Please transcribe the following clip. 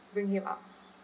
bring him up